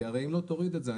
כי אם לא תוריד את זה,